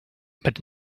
but